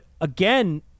again